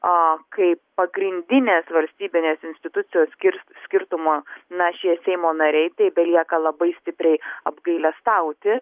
aa kaip pagrindinės valstybinės institucijos skirs skirtumą na šie seimo nariai tai belieka labai stipriai apgailestauti